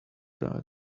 rug